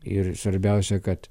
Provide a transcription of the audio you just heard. ir svarbiausia kad